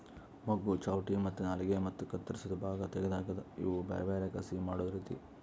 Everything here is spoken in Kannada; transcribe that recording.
ಮೊಗ್ಗು, ಚಾವಟಿ ಮತ್ತ ನಾಲಿಗೆ ಮತ್ತ ಕತ್ತುರಸಿದ್ ಭಾಗ ತೆಗೆದ್ ಹಾಕದ್ ಇವು ಬೇರೆ ಬೇರೆ ಕಸಿ ಮಾಡೋ ರೀತಿ